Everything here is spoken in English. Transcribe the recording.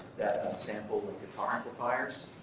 sample with guitar amplifiers,